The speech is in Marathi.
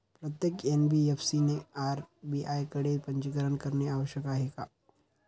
प्रत्येक एन.बी.एफ.सी ने आर.बी.आय कडे पंजीकरण करणे आवश्यक आहे का?